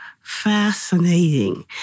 fascinating